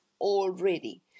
already